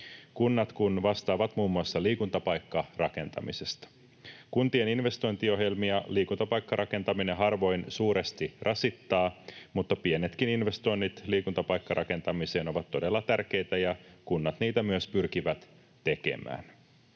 kun vastaavat muun muassa liikuntapaikkarakentamisesta. Kuntien investointiohjelmia liikuntapaikkarakentaminen harvoin suuresti rasittaa, mutta pienetkin investoinnit liikuntapaikkarakentamiseen ovat todella tärkeitä ja kunnat niitä myös pyrkivät tekemään.